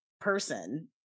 person